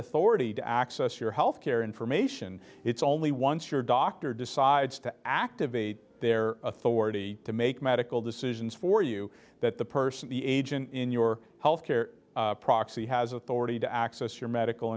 authority to access your health care information it's only once your doctor decides to activate their authority to make medical decisions for you that the person the agent in your health care proxy has authority to access your medical